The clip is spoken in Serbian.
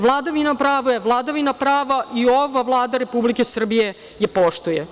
Vladavina prava je vladavina prava i ova Vlada Republike Srbije je poštuje.